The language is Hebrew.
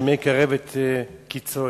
שמקרב את קצו,